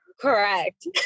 Correct